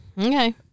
Okay